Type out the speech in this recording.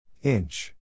Inch